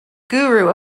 guru